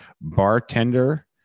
bartender